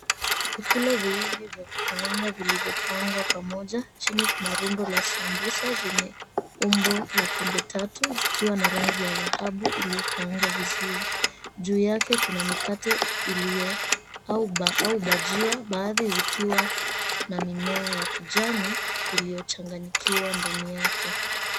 Vyakula viwili vya kukaanga vilivyopangwa pamoja, chini kuna rundo la sambusa zenye umbo la pembe tatu zikiwa na rangi ya dhahabu iliyokaangwa vizuri. Juu yake kuna mikate au bajia baadhi zikiwa na mimea ya kijani iliyochanganyikiwa ndani yake.